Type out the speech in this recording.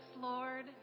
Lord